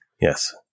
Yes